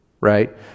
right